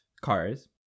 cars